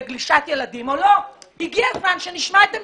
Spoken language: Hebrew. חברים, אל תדברו איתי על גלישה ועל זכויות הפרט.